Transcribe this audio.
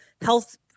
health